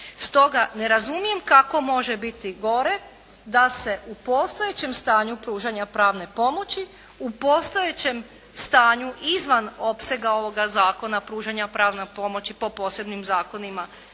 Stoga ne razumijem kako može biti gore da se u postojećem stanju pružanja pravne pomoći, u postojećem stanju izvan opsega ovoga Zakona pružanja pravne pomoći po posebnim zakonima